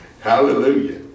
Hallelujah